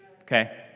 Okay